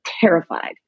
terrified